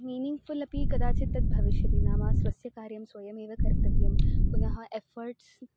meaningful अपि कदाचित् तद् भविष्यति नाम स्वस्यकार्यं स्वयमेव कर्तव्यं पुनः एफ़र्ट्स्